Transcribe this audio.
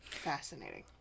fascinating